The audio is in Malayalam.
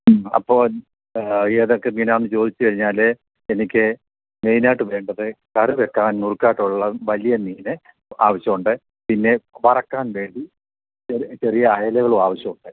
അപ്പോള് ഏതൊക്കെ മീനാണെന്നു ചോദിച്ചുകഴിഞ്ഞാല് എനിക്ക് മെയിനായിട്ട് വേണ്ടത് കറിവയ്ക്കാൻ നുറുക്കായിട്ടുള്ള വലിയ മീന് ആവശ്യമുണ്ട് പിന്നെ വറക്കാൻ വേണ്ടി ചെറിയ അയലകളും ആവശ്യമുണ്ട്